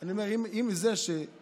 אני אומר: אם זה שעליתי,